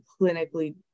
clinically